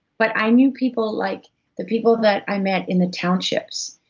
but i knew people like the people that i met in the townships,